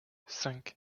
cinq